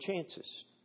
chances